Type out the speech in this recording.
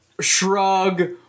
shrug